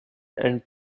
and